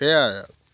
সেয়াই আৰু